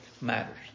matters